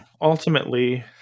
Ultimately